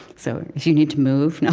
so, if you need to move,